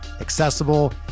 accessible